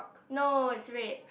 no it's red